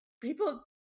people